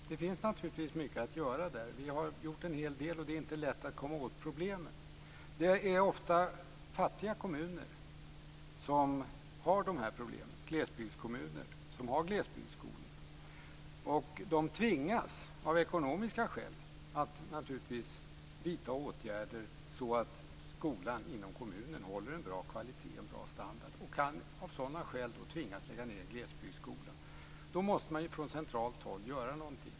Herr talman! Det finns naturligtvis mycket att göra. Vi har gjort en hel del. Det är inte lätt att komma åt problemet. Det är ofta fattiga kommuner som har glesbygdsskolorna. De tvingas av ekonomiska skäl naturligtvis att vidta åtgärder så att skolan inom kommunen håller en bra kvalitet och bra standard. Man kan av sådana skäl tvingas lägga ned en glesbygdsskola. Man måste då från centralt håll göra något.